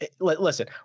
listen